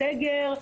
סגר,